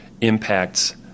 impacts